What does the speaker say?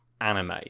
anime